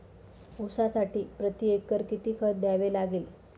ऊसासाठी प्रतिएकर किती खत द्यावे लागेल?